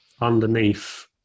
underneath